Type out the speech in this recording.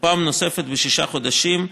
ופעם נוספת בשישה חודשים,